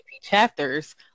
chapters